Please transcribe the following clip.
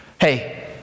hey